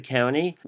County